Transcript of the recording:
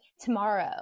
tomorrow